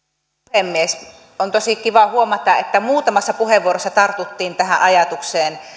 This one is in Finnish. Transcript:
puhemies on tosi kiva huomata että muutamassa puheenvuorossa tartuttiin tähän ajatukseen